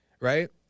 right